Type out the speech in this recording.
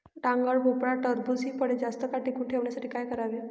डांगर, भोपळा, टरबूज हि फळे जास्त काळ टिकवून ठेवण्यासाठी काय करावे?